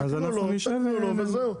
תתקנו לו וזהו.